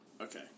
Okay